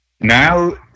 now